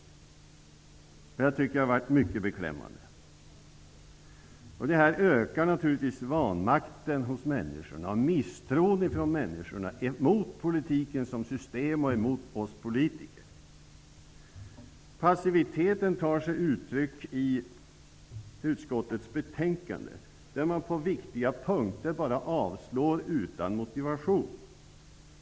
Det är mycket beklämmande. Detta ökar naturligtvis vanmakten och misstron hos människorna mot oss politiker och mot politiken som system. Passiviteten tar sig uttryck i utskottets betänkande. På viktiga punkter avstyrker man utan motivation.